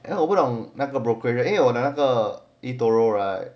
then 我不懂那个 broker rate 人有那个 etoro right